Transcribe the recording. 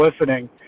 listening